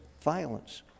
violence